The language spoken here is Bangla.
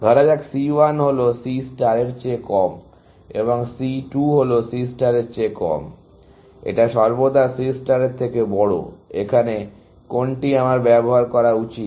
ধরা যাক C 1 হল C ষ্টার এর চেয়ে কম এবং C 2 হল C ষ্টার এর চেয়ে কম এটা সর্বদা C ষ্টার এর থেকে বড় এখানে কোনটি আমার ব্যবহার করা উচিত